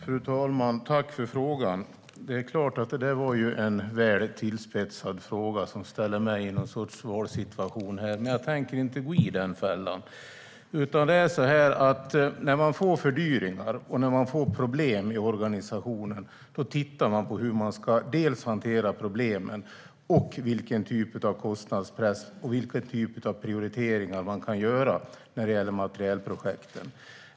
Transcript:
Fru talman! Tack för frågan! Det var en väl tillspetsad fråga som ställer mig i någon sorts försvarssituation här, men jag tänker inte gå i den fällan. När man får fördyringar och problem i organisationen tittar man på hur man ska hantera problemen, vilken typ av kostnadspress man har och vilken typ av prioriteringar man kan göra när det gäller materielprojekten.